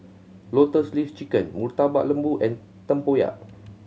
Lotus Leaf Chicken Murtabak Lembu and tempoyak